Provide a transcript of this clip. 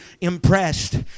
impressed